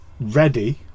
Ready